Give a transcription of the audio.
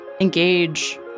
engage